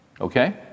Okay